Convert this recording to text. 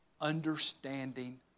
Understanding